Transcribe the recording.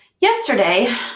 Yesterday